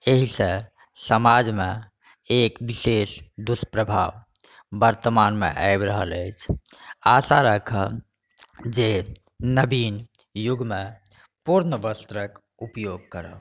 एहिसँ समाजमे एक विशेष दुष्प्रभाव वर्तमानमे आबि रहल अछि आशा राखब जे नवीन युगमे पुर्ण वस्त्रक उपयोग करब